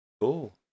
Cool